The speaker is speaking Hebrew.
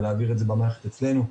ולהעביר את זה במערכת אצלנו.